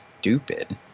stupid